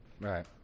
Right